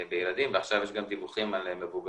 בילדים ועכשיו יש גם דיווחים על מבוגרים,